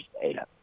data